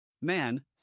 Man